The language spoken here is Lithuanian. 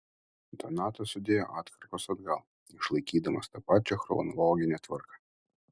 donatas sudėjo atkarpas atgal išlaikydamas tą pačią chronologinę tvarką